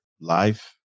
life